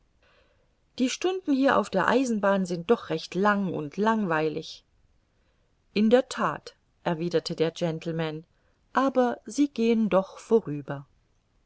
die stunden hier auf der eisenbahn sind doch recht lang und langweilig in der that erwiderte der gentleman aber sie gehen doch vorüber